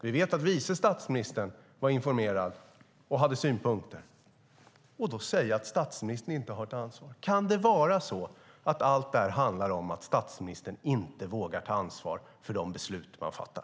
Vi vet att vice statsministern var informerad och hade synpunkter. Att då säga att statsministern inte har ett ansvar gör att man undrar om allt detta handlar om att statsministern inte vågar ta ansvar för de beslut man fattar.